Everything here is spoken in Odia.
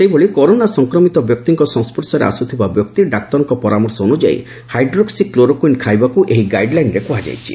ସେହିଭଳି କରୋନା ସଂକ୍ରମିତ ବ୍ୟକ୍ତିଙ୍କ ସସ୍ସର୍ଶରେ ଆସୁଥିବା ବ୍ୟକ୍ତି ଡାକ୍ତରଙ୍କ ପରାମର୍ଶ ଅନୁଯାୟୀ ହାଇଡ୍ରୋକ୍ କ୍ଲୋରୋକୁଇନ୍ ଖାଇବାକୁ ଏହି ଗାଇଡ୍ ଲାଇନରେ କୁହାଯାଇଛି